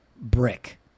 brick